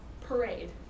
parade